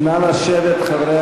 חברי